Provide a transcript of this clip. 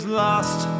lost